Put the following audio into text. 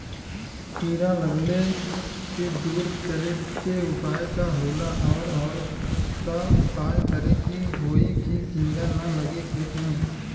कीड़ा लगले के दूर करे के उपाय का होला और और का उपाय करें कि होयी की कीड़ा न लगे खेत मे?